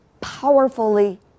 powerfully